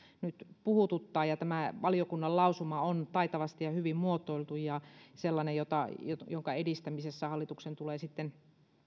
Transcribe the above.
nyt puhututtaa tämä valiokunnan lausuma on taitavasti ja hyvin muotoiltu ja sellainen jonka edistämiseksi hallituksen tulee sitten